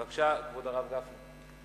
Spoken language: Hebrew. בבקשה, כבוד הרב גפני.